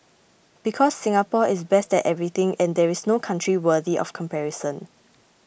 because Singapore is best at everything and there is no country worthy of comparison